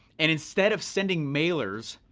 and instead of sending mailers,